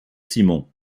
simon